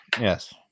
yes